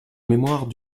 mémoire